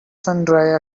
sundry